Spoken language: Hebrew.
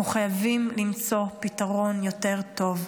אנחנו חייבים למצוא פתרון יותר טוב.